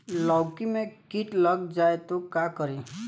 लौकी मे किट लग जाए तो का करी?